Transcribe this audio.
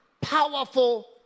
powerful